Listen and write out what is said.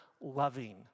loving